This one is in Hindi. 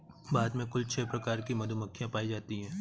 भारत में कुल छः प्रकार की मधुमक्खियां पायी जातीं है